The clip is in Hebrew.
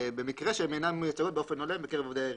במקרה שהן אינן מיוצגות באופן הולם בקרב עובדי העירייה.